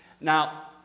Now